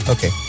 Okay